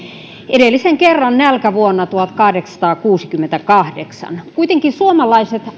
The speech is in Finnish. edellisen kerran nälkävuonna tuhatkahdeksansataakuusikymmentäkahdeksan kuitenkin suomalaiset